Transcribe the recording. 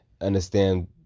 understand